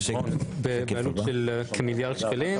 - -בעלות של כמיליארד שקל.